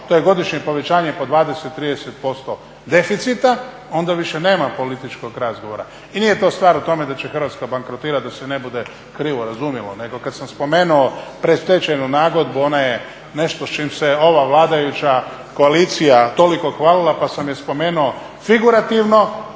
to je godišnje povećanje po 20, 30% deficita onda više nema političkog razgovora. I nije to stvar u tome da će Hrvatska bankrotirati da se ne bude krivo razumjelo, nego kad sam spomenuo predstečajnu nagodbu ona je nešto s čim se ova vladajuća koalicija toliko hvalila pa sam je spomenuo figurativno.